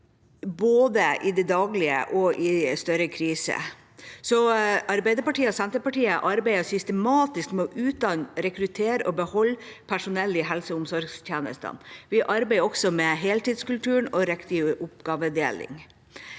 både i det daglige og i en større krise, så Arbeiderpartiet og Senterpartiet arbeider systematisk med å utdanne, rekruttere og beholde personell i helse- og omsorgstjenestene. Vi arbeider også med heltidskulturen og riktig oppgavedeling.